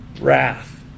wrath